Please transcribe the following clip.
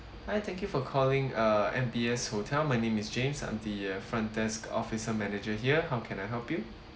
hi thank you for calling uh M_B_S hotel my name is james uh the front desk officer manager here how can I help you